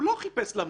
הוא לא חיפש למות.